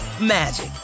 magic